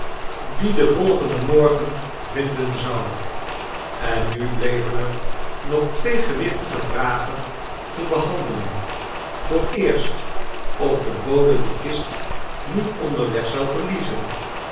die den volgenden morgen vinden zou en nu bleven er nog twee gewichtige vragen te behandelen vooreerst of de bode de kist niet onderweg zou verliezen